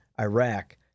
Iraq